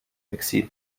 exil